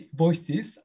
voices